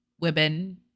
women